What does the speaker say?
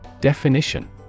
Definition